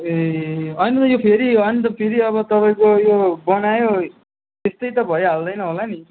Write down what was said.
ए होइन यो फेरि अनि यो फेरि अब तपाईँको यो बनायो त्यस्तै त भइहाल्दैन होला नि